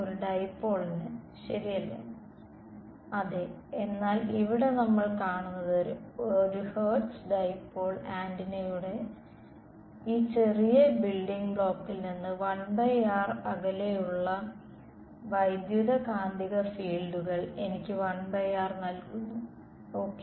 ഒരു ഡൈപോളിന് ശരിയല്ലേ അതെ എന്നാൽ ഇവിടെ നമ്മൾ കാണുന്നത് ഒരു ഹെർട്സ് ഡൈപോൾ ആന്റിനയുടെ ഈ ചെറിയ ബിൽഡിംഗ് ബ്ലോക്കിൽ നിന്ന് 1r അകലെയുള്ള വൈദ്യുതകാന്തിക ഫീൽഡുകൾ എനിക്ക് 1r നൽകുന്നു ഓക്കെ